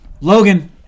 Logan